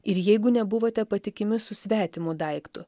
ir jeigu nebuvote patikimi su svetimu daiktu